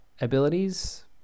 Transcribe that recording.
abilities